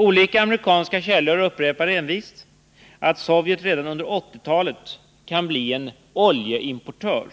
Olika amerikanska källor upprepar envist att Sovjet redan under 1980-talet kan bli en oljeimportör